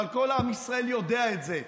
אבל כל עם ישראל יודע את זה.